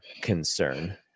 concern